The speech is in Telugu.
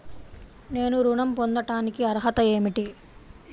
నేను ఋణం పొందటానికి అర్హత ఏమిటి?